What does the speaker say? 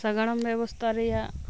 ᱥᱟᱜᱟᱲᱚᱢ ᱵᱮᱵᱚᱥᱛᱷᱟ ᱨᱮᱭᱟᱜ